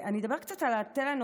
אני אדבר קצת על הטלנובלה.